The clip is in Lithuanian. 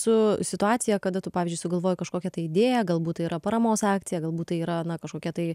su situacija kada tu pavyzdžiui sugalvojai kažkokią tai idėją galbūt tai yra paramos akcija galbūt tai yra kažkokia tai